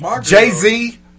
Jay-Z